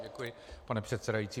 Děkuji, pane předsedající.